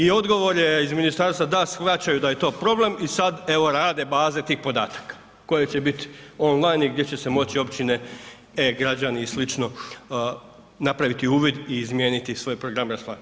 I odgovor je iz ministarstva da shvaćaju da je to problem i sad evo rade baze tih podataka koji će biti online i gdje će se moći općine, e-građani i sl. napraviti uvid i izmijeniti svoje programe raspolaganja.